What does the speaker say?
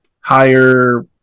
higher